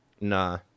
Nah